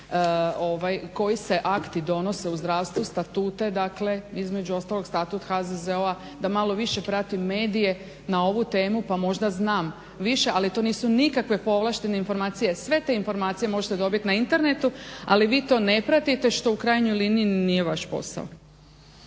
koji se akti donose u zdravstvu, statute, između ostalog Statut HZZO-a, da malo više pratim medije na ovu temu, pa možda znam više, ali to nisu nikakve povlašteni informacije. Sve te informacije možete dobit na internetu, ali vi to ne pratiti što u krajnjoj liniji ni nije vaš posao.